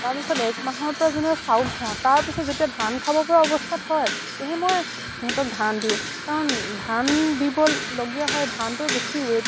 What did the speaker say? তাৰপিছত এক মাহৰ চাউল খোৱাও তাৰপিছত যেতিয়া ধান খাব পৰা অৱস্থাত হয় তেতিয়াহে মই সিহঁতক ধান দিওঁ কাৰণ ধান দিবলগীয়া হয় ধানটোৱে বেছি ৱেট